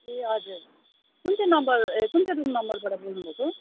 ए हजुर कुन चाहिँ नम्बर ए कुन चाहिँ रुम नम्बरबाट बोल्नुभएको